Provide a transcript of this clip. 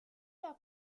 leur